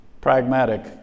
Pragmatic